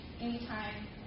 anytime